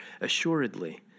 Assuredly